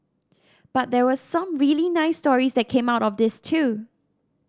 but there were some really nice stories that came out of this too